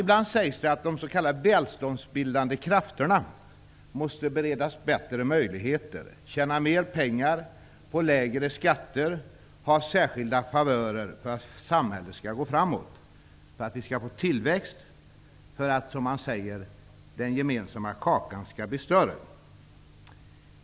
Ibland sägs det att de s.k. välståndsbildande krafterna måste beredas bättre möjligheter, tjäna mer pengar, få lägre skatter och ha särskilda favörer för att samhället skall gå framåt, för att vi skall få tillväxt och för att -- som man säger -- den gemensamma kakan skall bli större.